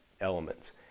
elements